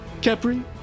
Capri